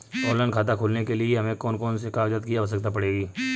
Online खाता खोलने के लिए हमें कौन कौन से कागजात की आवश्यकता पड़ेगी?